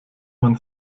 man